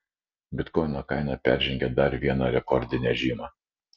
bitkoino kaina peržengė dar vieną rekordinę žymą